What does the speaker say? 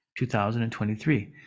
2023